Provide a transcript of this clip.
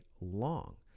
long